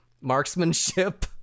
marksmanship